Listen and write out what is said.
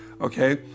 okay